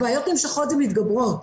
הבעיות נמשכות ומתגברות.